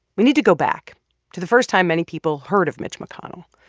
we need to go back to the first time many people heard of mitch mcconnell.